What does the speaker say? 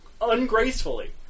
ungracefully